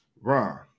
Ron